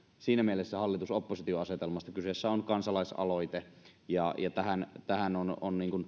siinä mielessä hallitus oppositio asetelmasta vaan kyseessä on kansalaisaloite ja tähän tähän on